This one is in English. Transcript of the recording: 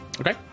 Okay